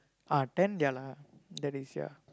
ah then ya lah that is ya